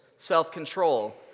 self-control